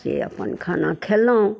से अपन खाना खेलहुँ